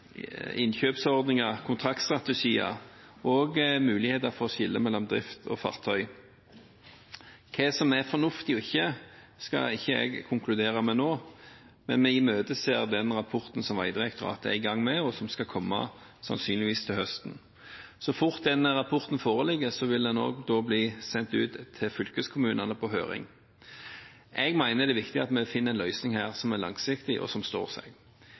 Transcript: innkjøpsordninger, kontraktstrategier og muligheter for å skille mellom drift og fartøy. Hva som er fornuftig og ikke, skal ikke jeg konkludere med nå, men vi imøteser den rapporten som Vegdirektoratet er i gang med, og som skal komme, sannsynligvis til høsten. Så fort den rapporten foreligger, vil den bli sendt ut til fylkeskommunene på høring. Jeg mener det er viktig at vi finner en løsning her som er langsiktig, og som står seg.